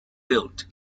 built